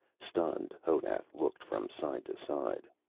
stunned, honath looked from side to side.